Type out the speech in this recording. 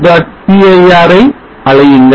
cir ஐ அழையுங்கள்